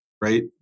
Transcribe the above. right